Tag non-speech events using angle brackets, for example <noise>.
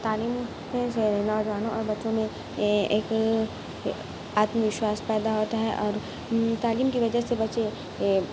تعلیم <unintelligible> سے نوجوانوں اور بچوں میں ایک آتم وشواس پیدا ہوتا ہے اور تعلیم کی وجہ سے پچے